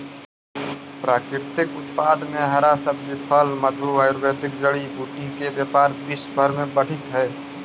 प्राकृतिक उत्पाद में हरा सब्जी, फल, मधु, आयुर्वेदिक जड़ी बूटी के व्यापार विश्व भर में बढ़ित हई